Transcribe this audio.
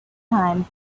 time